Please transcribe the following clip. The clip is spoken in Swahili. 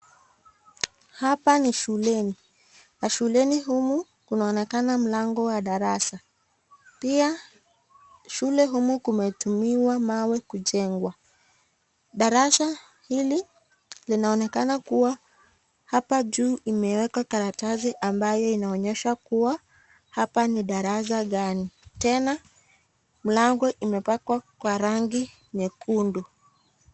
Hapa ni shuleni. Na shuleni humu kunaonekana mlango wa darasa. Pia shule humu kumetumiwa mawe kujengwa. Darasa hili linaonekana kuwa hapa juu imewekwa karatasi ambayo inaonyesha kuwa hapa ni darasa gani. Tena mlango imepakwa kwa rangi nyekundu.